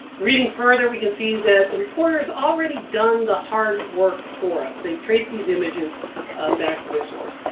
reading further we can see that the reporter has already done the hard work for us. they've traced these images back to their source.